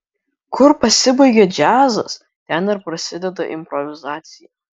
kur pasibaigia džiazas ten ir prasideda improvizacija